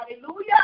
Hallelujah